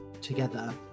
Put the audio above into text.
Together